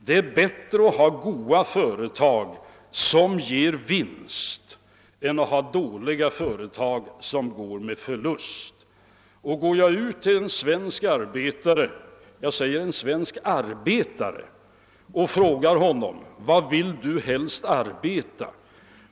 Det är bättre att ha goda företag som ger vinst än att ha dåliga företag som går med förlust. Går jag ut till en svensk arbetare, jag säger en svensk arbetare, och frågar honom: Var vill du helst arbeta?